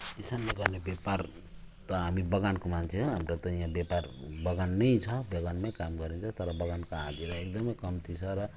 किसानले गर्ने व्यापार त हामी बगानको मान्छे हो हाम्रो त यहाँ व्यापार बगानमै छ बगानमै काम गरिन्छ तर बगानको हाजिरा एकदम कम्ती छ र